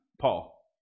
Paul